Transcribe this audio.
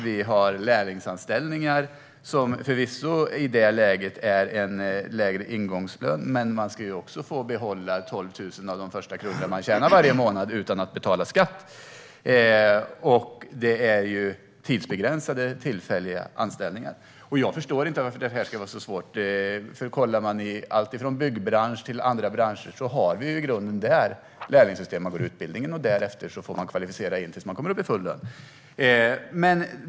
Vi har lärlingsanställningar. Förvisso innebär de en lägre ingångslön, men man ska också få behålla de första 12 000 kronor man tjänar varje månad utan att betala skatt. Det är tidsbegränsade, tillfälliga anställningar. Jag förstår inte varför det här ska vara så svårt. I byggbranschen och andra branscher har vi i grunden lärlingssystem. Man går en utbildning, och därefter får man kvalificera in sig tills man kommer upp i full lön.